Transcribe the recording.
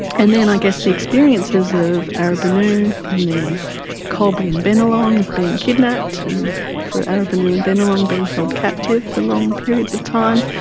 and then i guess the experiences of ah arabanoo and then colebee and bennelong being kidnapped, and for ah arabanoo and bennelong being held captive for long periods of time,